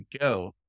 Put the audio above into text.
go